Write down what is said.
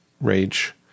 rage